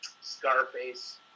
Scarface